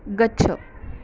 गच्छ